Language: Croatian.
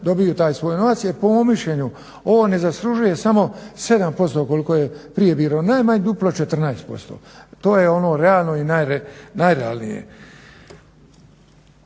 dobiju taj svoj novac. Jer po mom mišljenju ovo ne zaslužuje samo 7% koliko je prije bilo, najmanje duplo 14% to je ono realno i najrealnije.